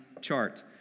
chart